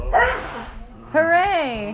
Hooray